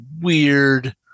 weird